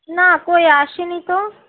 না কই আসেনি তো